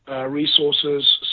resources